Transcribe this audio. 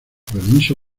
permiso